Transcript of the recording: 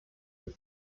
his